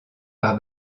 par